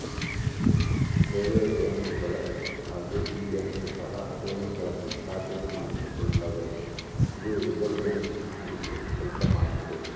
ಬೇರೆ ಬ್ಯಾಂಕುಗಳ ಹಾಗೆ ಈ ಬ್ಯಾಂಕ್ ಸಹ ಠೇವಣಿಗಳನ್ನು ಖಾತೆಗೆ ಮಾಡಿಸಿಕೊಳ್ತಾವ ಇದು ರಿಸೆರ್ವೆ ಬ್ಯಾಂಕಿನ ಅಡಿಗ ಕೆಲ್ಸ ಮಾಡ್ತದೆ